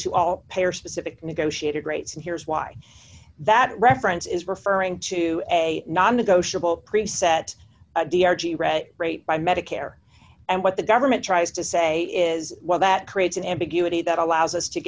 to all payer specific negotiated rates and here's why that reference is referring to a non negotiable preset rate by medicare and what the government tries to say is well that creates an ambiguity that allows us to